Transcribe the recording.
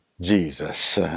Jesus